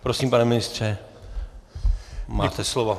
Prosím, pane ministře, máte slovo.